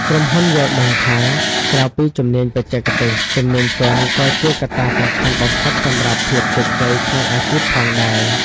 ក្រុមហ៊ុនយល់ដឹងថា ក្រៅពីជំនាញបច្ចេកទេស ជំនាញទន់ក៏ជាកត្តាសំខាន់បំផុតសម្រាប់ភាពជោគជ័យក្នុងអាជីពផងដែរ។